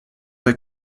der